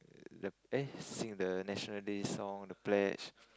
the eh sing the National Day Song the pledge